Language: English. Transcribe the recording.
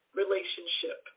relationship